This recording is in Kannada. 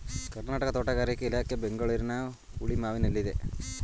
ಕರ್ನಾಟಕ ತೋಟಗಾರಿಕೆ ಇಲಾಖೆ ಬೆಂಗಳೂರಿನ ಹುಳಿಮಾವಿನಲ್ಲಿದೆ